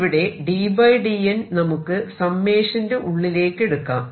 ഇവിടെ ddn നമുക്ക് സമ്മേഷന്റെ ഉള്ളിലേക്കെടുക്കാം